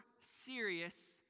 serious